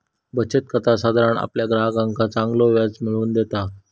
बचत खाता साधारण आपल्या ग्राहकांका चांगलो व्याज मिळवून देतत